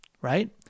right